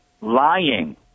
Lying